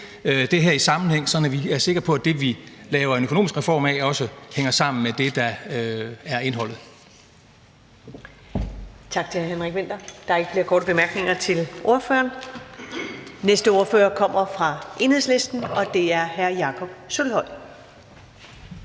det her i sammenhæng, sådan at vi er sikre på, at det, vi laver en økonomisk reform af, også hænger sammen med det, der er indholdet.